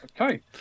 okay